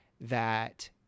that-